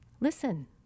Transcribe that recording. listen